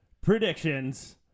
predictions